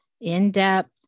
in-depth